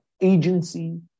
agency